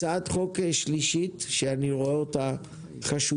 הצעת חוק שלישית שאני רואה אותה חשובה